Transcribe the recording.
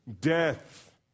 Death